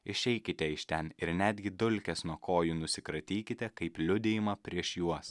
išeikite iš ten ir netgi dulkes nuo kojų nusikratykite kaip liudijimą prieš juos